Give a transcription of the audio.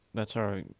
that's alright.